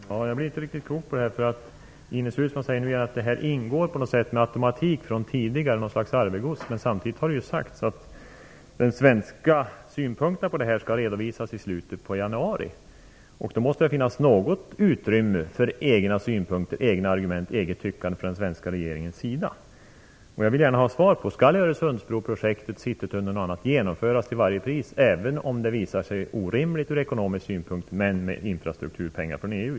Fru talman! Jag blir inte riktigt klok på vad som menas. Ines Uusmann säger att projekten på något sätt med automatik ingår sedan tidigare. Det skulle vara ett slags arvegods. Men samtidigt har det ju sagts att de svenska synpunkterna på detta skall redovisas i slutet av februari. Således måste det väl finnas något utrymme för egna synpunkter och argument samt eget tyckande från den svenska regeringens sida. Skall t.ex. Öresundsbroprojektet och Citytunneln till varje pris genomföras, även om det visar sig vara orimligt från ekonomisk synpunkt - och då med infrastrukturpengar från EU?